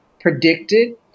predicted